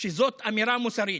שזאת אמירה מוסרית.